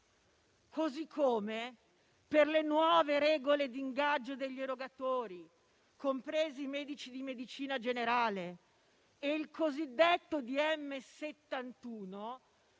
modo, per le nuove regole di ingaggio degli erogatori, compresi i medici di medicina generale, il cosiddetto DM 71